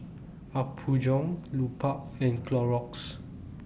Apgujeong Lupark and Clorox